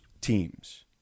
teams